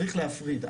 צריך להפריד.